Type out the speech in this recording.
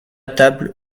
table